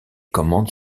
commandes